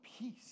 peace